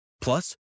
Plus